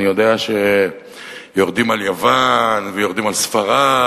אני יודע שיורדים על יוון ויורדים על ספרד,